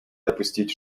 допустить